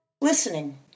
listening